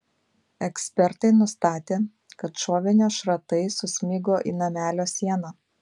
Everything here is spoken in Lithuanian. ekspertai nustatė kad šovinio šratai susmigo į namelio sieną